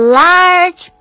large